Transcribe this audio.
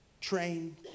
train